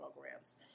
programs